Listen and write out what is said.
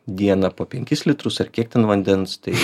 dieną po penkis litrus ar kiek ten vandens tai